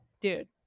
dude